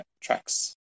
tracks